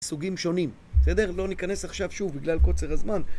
סוגים שונים, בסדר? לא ניכנס עכשיו שוב בגלל קוצר הזמן.